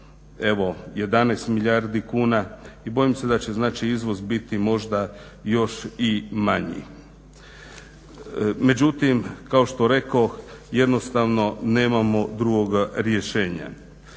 evo 11 milijardi kuna. I bojim se da će znači izvoz biti možda još i manji. Međutim, kao što rekoh jednostavno nemamo drugoga rješenja.